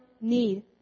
need